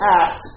act